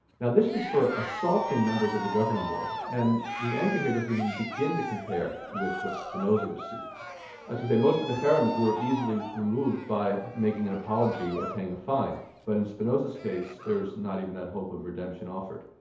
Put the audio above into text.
now this was for assaulting members of the governing board, and the anger here doesn't even begin to compare with what spinoza received. i should say most of the cherems were easily removed by making an apology or paying a fine, but in spinoza's case there is not even that hope of redemption offered.